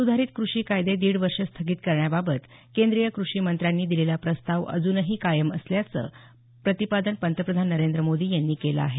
सुधारित कृषी कायदे दीड वर्ष स्थगित करण्याबाबत केंद्रीय कृषी मंत्र्यांनी दिलेला प्रस्ताव अजूनही कायम असल्याचं प्रतिपादन पंतप्रधान नरेंद्र मोदी यांनी केलं आहे